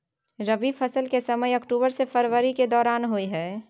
रबी फसल के समय अक्टूबर से फरवरी के दौरान होय हय